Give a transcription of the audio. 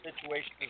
situation